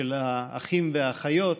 של האחים והאחיות.